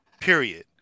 period